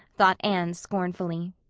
thought anne scornfully.